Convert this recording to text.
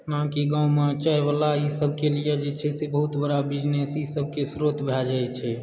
जेनाकि गाँवमे चायवाला ईसभके लिए जे छै से बहुत बड़ा बिजनेस ईसभके स्रोत भए जाइत छै